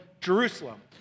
Jerusalem